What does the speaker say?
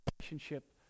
relationship